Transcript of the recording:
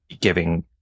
giving